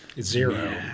Zero